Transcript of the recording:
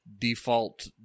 default